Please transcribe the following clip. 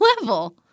level